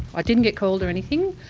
ah didn't get called or anything.